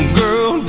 girl